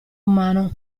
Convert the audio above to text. umano